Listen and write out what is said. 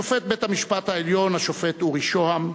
שופט בית-המשפט העליון אורי שהם,